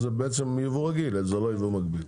זה בעצם יבוא רגיל ולא יבוא מקביל.